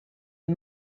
het